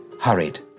hurried